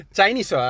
Chinese